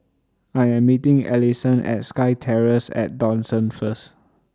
I Am meeting Allyson At SkyTerrace At Dawson First